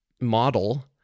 model